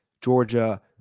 Georgia